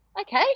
okay